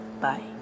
Bye